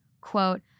quote